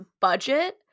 budget